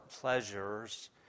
pleasures